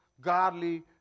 godly